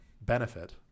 benefit